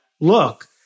look